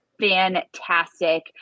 Fantastic